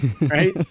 Right